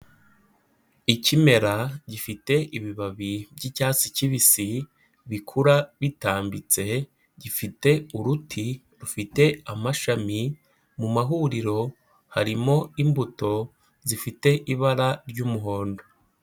Ikimera gifite ibibabi by'icyatsi kibisi bikura bitambitse, gifite uruti rufite amashami, mu mahuriro harimo imbuto zifite ibara ry'umuhondo.